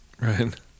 right